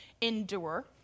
endure